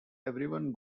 everyone